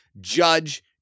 judge